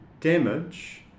damage